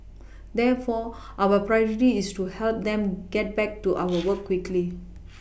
therefore our Priority is to help them get back to our work quickly